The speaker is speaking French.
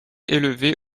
élevées